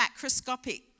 macroscopic